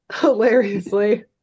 hilariously